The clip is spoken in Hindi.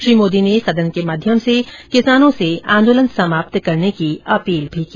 श्री मोदी ने सदन के माध्यम से किसानों से आंदोलन समाप्त करने की अपील भी की